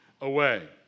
away